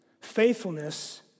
faithfulness